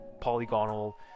polygonal